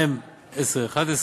מ/1011,